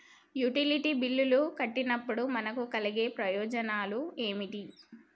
Utility బిల్లులు కట్టినప్పుడు మనకు కలిగే ప్రయోజనాలు ఏమిటి?